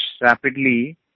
rapidly